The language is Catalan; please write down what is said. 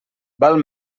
val